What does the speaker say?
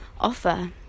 offer